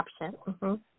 option